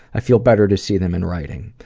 i feel better to see them in writing.